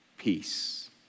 Peace